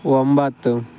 ಒಂಬತ್ತು